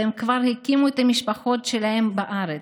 והם כבר הקימו את המשפחות שלהם בארץ,